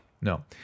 no